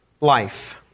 life